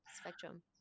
spectrum